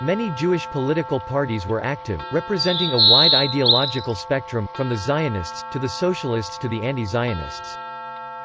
many jewish political parties were active, representing a wide ideological spectrum, from the zionists, to the socialists to the and anti-zionists.